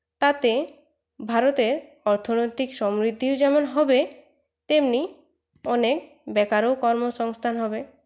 তাতে ভারতের অর্থনৈতিক সমৃদ্ধিও যেমন হবে তেমনি অনেক বেকারও কর্মসংস্থান হবে